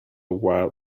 wild